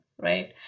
right